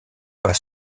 pas